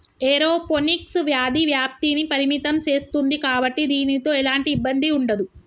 aeroponics వ్యాధి వ్యాప్తిని పరిమితం సేస్తుంది కాబట్టి దీనితో ఎలాంటి ఇబ్బంది ఉండదు